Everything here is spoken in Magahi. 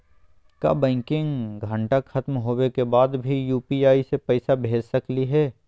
का बैंकिंग घंटा खत्म होवे के बाद भी यू.पी.आई से पैसा भेज सकली हे?